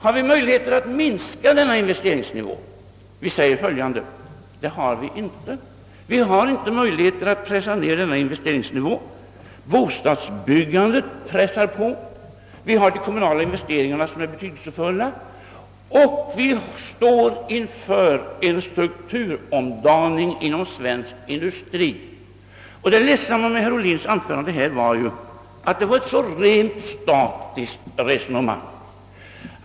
Har vi möjligheter att sänka denna investeringsnivå? Det har vi inte! Vi kan inte pressa ned investeringsnivån; bostadsbyggandet pressar på, de kommunala investeringarna är betydelsefulla och vi står inför en strukturomdaning inom svensk industri. Det ledsamma med herr Obhlins anförande var att han förde ett så statiskt resonemang.